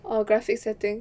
or graphic setting